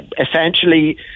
Essentially